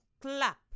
clap